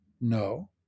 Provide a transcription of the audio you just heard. No